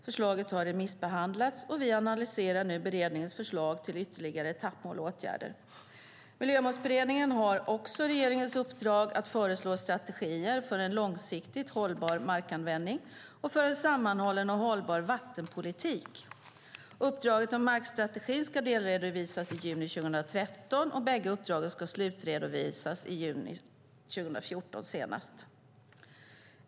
Förslaget har remissbehandlats, och vi analyserar nu beredningens förslag till ytterligare etappmål och åtgärder. Miljömålsberedningen har också regeringens uppdrag att föreslå strategier för långsiktigt hållbar markanvändning och för en sammanhållen och hållbar vattenpolitik. Uppdraget om markstrategin ska delredovisas i juni 2013, och bägge uppdragen ska slutredovisas senast i juni 2014.